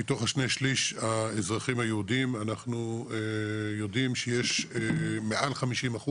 מתוך שני שליש האזרחים היהודים אנחנו יודעים שיש מעל 50%,